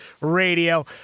Radio